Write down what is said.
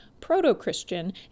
proto-Christian